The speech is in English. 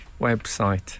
website